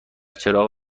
چراغ